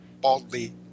baldly